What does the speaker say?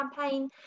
campaign